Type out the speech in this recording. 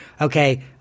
okay